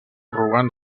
robant